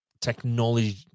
technology